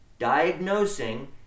diagnosing